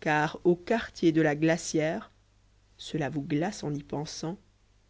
car au quartier de la glacière cela vous glace en